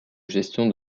gestion